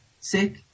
sick